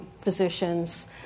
Physicians